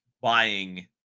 buying